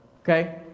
okay